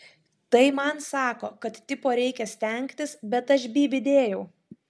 tai man sako kad tipo reikia stengtis bet aš bybį dėjau